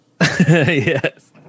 Yes